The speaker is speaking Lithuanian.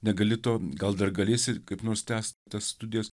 negali to gal dar galėsi kaip nors tęst tas studijas